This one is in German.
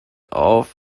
auf